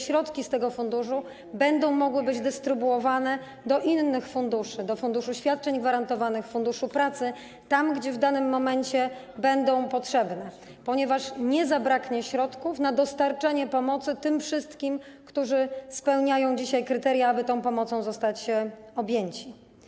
Środki tego funduszu będą mogły być dystrybuowane do innych funduszy, do Funduszu Gwarantowanych Świadczeń Pracowniczych, Funduszu Pracy, tam gdzie w danym momencie będą potrzebne, ponieważ nie zabraknie środków na udzielanie pomocy tym wszystkim, którzy spełniają dzisiaj kryteria, aby tą pomocą mogli zostać objęci.